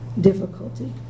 difficulty